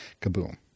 kaboom